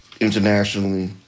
internationally